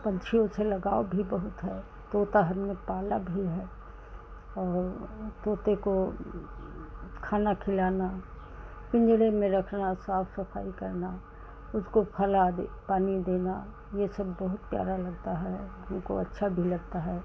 पंछियों से लगाव भी बहुत है तोता हमने पाला भी है औ तोते को खाना खिलाना पिंजरे में रखना साफ सफाई करना उसको फल आदि पानी देना यह सब बहुत प्यारा लगता है हमको अच्छा भी लगता है